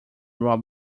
rob